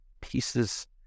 pieces